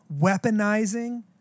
Weaponizing